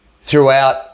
throughout